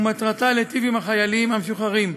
ומטרתה להיטיב עם החיילים המשוחררים,